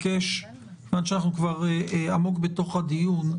מכיוון שאנחנו כבר עמוק בתוך הדיון,